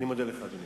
אני מודה לך, אדוני.